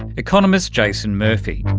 economist jason murphy.